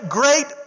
great